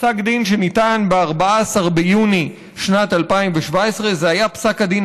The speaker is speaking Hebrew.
פסק דין שניתן ב-14 ביוני שנת 2017. זה היה פסק הדין